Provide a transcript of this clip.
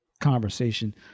conversation